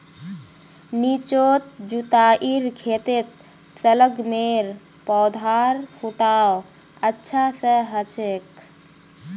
निचोत जुताईर खेतत शलगमेर पौधार फुटाव अच्छा स हछेक